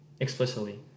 explicitly